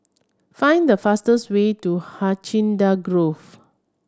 find the fastest way to Hacienda Grove